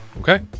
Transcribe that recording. Okay